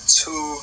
two